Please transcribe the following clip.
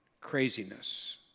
craziness